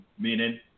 meaning